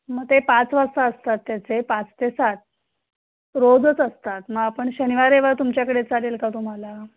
मग ते पाच वाजता असतात त्याचे पाच ते सात रोजच असतात मग आपण शनिवार रविवार तुमच्याकडे चालेल का तुम्हाला